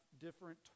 different